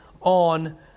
on